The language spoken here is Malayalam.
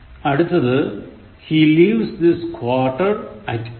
അടുത്തത് He leaves this quarter at 800 a